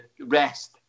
rest